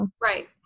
right